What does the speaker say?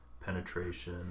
penetration